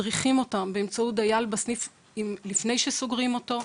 מדריכים אותם באמצעות דייל בסניף לפני שסוגרים אותו.